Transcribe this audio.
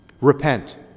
Repent